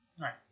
Right